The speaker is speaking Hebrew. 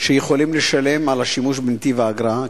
שיכולים לשלם על השימוש בנתיב האגרה,